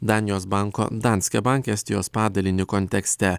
danijos banko danske bank estijos padalinį kontekste